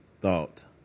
thought